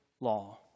law